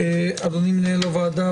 אדוני מנהל הוועדה,